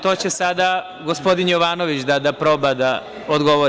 To će sada gospodin Jovanović da proba da odgovori.